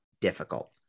difficult